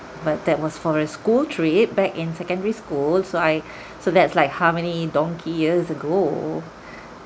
but that was for a school trip back in secondary school so I so that's like how many donkey years ago